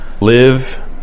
live